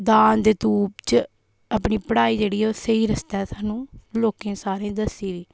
दान दे दूप च अपनी पढ़ाई जेह्ड़ी ऐ ओह् स्हेई रस्ते सानू लोकें सारें दस्सी दी